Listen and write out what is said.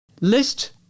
List